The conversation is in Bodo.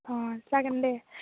अ जागोन दे